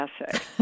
essay